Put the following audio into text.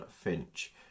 finch